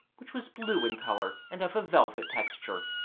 which was blue in colour and of a velvet texture,